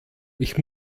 ich